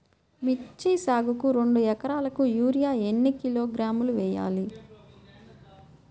మిర్చి సాగుకు రెండు ఏకరాలకు యూరియా ఏన్ని కిలోగ్రాములు వేయాలి?